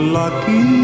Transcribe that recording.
lucky